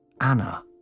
Anna